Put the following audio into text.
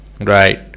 right